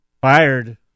fired